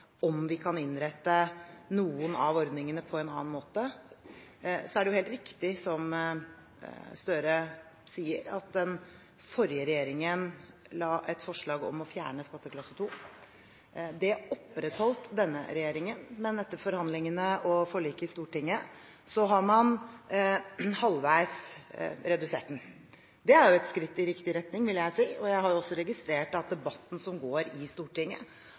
en annen måte. Det er helt riktig, som Gahr Støre sier, at den forrige regjeringen la frem et forslag om å fjerne skatteklasse 2. Det opprettholdt denne regjeringen, men etter forhandlingene og forliket i Stortinget har man halvveis redusert den. Det er et skritt i riktig retning, vil jeg si. Jeg har også registrert at debatten som foregår i Stortinget,